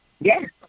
Yes